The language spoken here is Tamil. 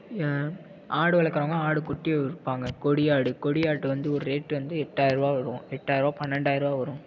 ஆடு வளர்க்குறவங்க ஆடு குட்டியை விற்பாங்க கொடி ஆடு கொடி ஆடு வந்து ஒரு ரேட்டு வந்து எட்டாயரூவா வரும் எட்டாயரூவா பன்னெண்டாயரூவா வரும்